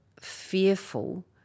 fearful